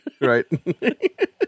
Right